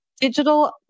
digital